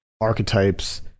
archetypes